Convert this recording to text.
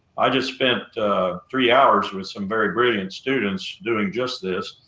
i just spent three hours with some very brilliant students doing just this.